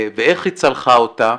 ואיך היא צלחה אותה,